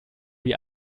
wie